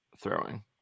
throwing